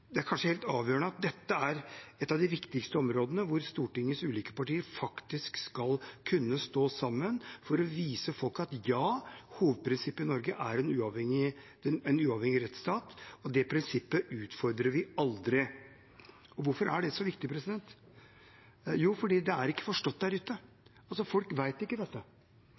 dette er et av de viktigste områdene hvor Stortingets ulike partier faktisk skal kunne stå sammen for å vise folk at hovedprinsippet i Norge er en uavhengig rettsstat, og det prinsippet utfordrer vi aldri. Hvorfor er det så viktig? Jo, for det er ikke forstått der ute. Folk vet ikke dette. Folk kjenner ikke til maktfordelingsprinsippet mellom storting, regjering og domstoler. Jeg tror alle justiskomiteens medlemmer har opplevd at folk som er